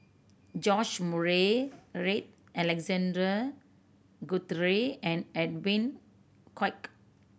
George Murray Reith Alexander Guthrie and Edwin Koek